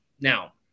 Now